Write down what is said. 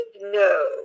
No